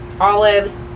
olives